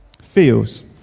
feels